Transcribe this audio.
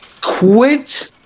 quit